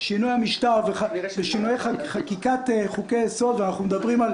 שינוי המשטר ושינוי חקיקת חוקי יסוד ואנחנו מדברים על